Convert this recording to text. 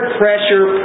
pressure